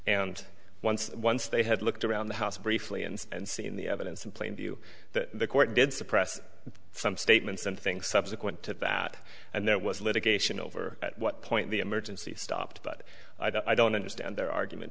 and once once they had looked around the house briefly and seen the evidence in plain view that the court did suppress some statements and things subsequent to that and there was litigation over at what point the emergency stop but i don't understand their argument